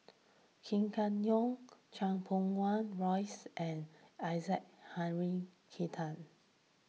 Kam Kee Yong Chan Pum Wah Roys and Isaac Henry